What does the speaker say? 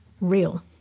real